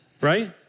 Right